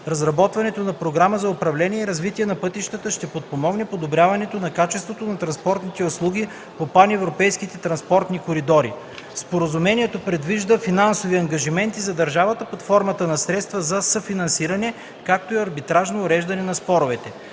Разработването на програма за управление и развитие на пътищата ще подпомогне подобряването на качеството на транспортните услуги по паневропейските транспортни коридори. Споразумението предвижда финансови ангажименти за държавата под формата на средства за съфинансиране, както и арбитражно уреждане на спорове.